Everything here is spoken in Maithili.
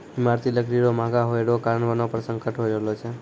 ईमारती लकड़ी रो महगा होय रो कारण वनो पर संकट होय रहलो छै